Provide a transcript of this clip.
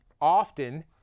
often